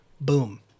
Boom